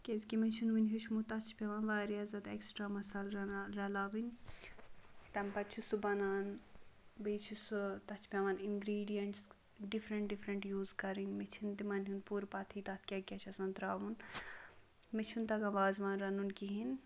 کیٛازِکہِ مےٚ چھُنہٕ وٕنہِ ہیوٚچھمُت تَتھ چھِ پٮ۪وان واریاہ زیادٕ اٮ۪کٕسٹرٛا مَصالہٕ رَنان رَلاوٕنۍ تَمہِ پَتہٕ چھُ سُہ بَنان بیٚیہِ چھِ سُہ تَتھ چھِ پٮ۪وان اِنگرٛیٖڈِیَںٛٹٕس ڈِفرَنٛٹ ڈِفرَنٛٹ یوٗز کَرٕنۍ مےٚ چھِنہٕ تِمَن ہُنٛد پوٗرٕ پَتہٕ ہٕے تَتھ کیٛاہ کیٛاہ چھِ آسان ترٛاوُن مےٚ چھُنہٕ تگان وازوان رَنُن کِہیٖنۍ